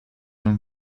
given